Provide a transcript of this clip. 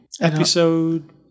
Episode